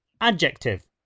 Adjective